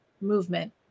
movement